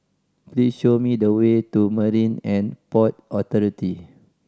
please show me the way to Marine And Port Authority